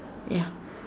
ya